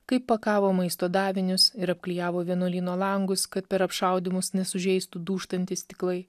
kaip pakavo maisto davinius ir apklijavo vienuolyno langus kad per apšaudymus nesužeistų dūžtantys stiklai